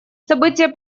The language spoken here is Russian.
события